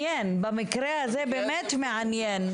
במקרה הזה זה באמת מעניין.